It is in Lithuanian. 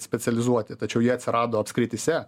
specializuoti tačiau jie atsirado apskrityse